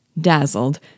Dazzled